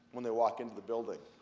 when they walk into the building.